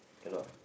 cannot